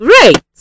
great